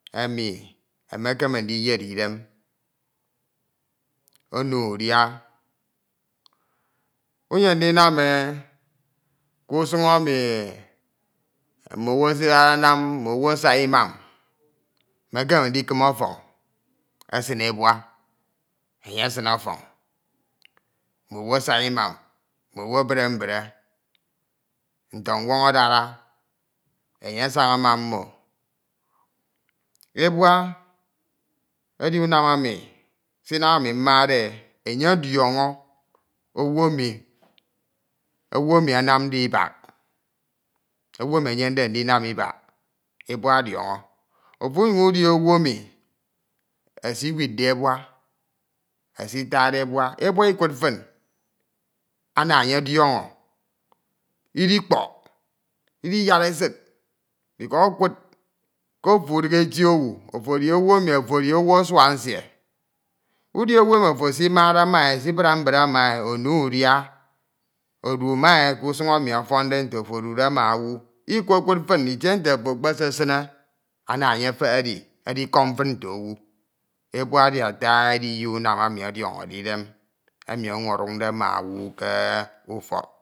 Enu emekeme ndiyed e idem, ono e udia. Umyem ndingm e ke usun emi mma owu esidada ewam mme owu asak imam, emekeme ṇdikim ofoñ esine ebua, enye esine ofoñ, mme owu esak umam, mme owu ebra mbra, ntọnwön edara, enye asaña ma mmo. Ebua edi unam emi, sinam ami mmade e enye ọdiọño owu emi, owu emi andmdee ibaki. Owu emi ayande ndnam e ibak ebua ọdọñọ. Ofo unyuñ údi owu emi esiwidde ebua esiwidde ebua, ebua ikud fín ana enye ọdọñọ. idikpok, idiyad esiu ekud ke ofo udigbe eti owu usua nsie. Udi owu emi esumade ma e, esibra mbra ma e, ono e udia, edu ma e ke usun emi ọfoñde nte ofo edude ma owu ikkud fin, rtie ofo ekpe esesine ana enye efetie edi edikom fin nte owu. Ebua edi ete ediye unam enu ọdiọñodu idem emi ọnyun ọdunde ma owu ke ufọk.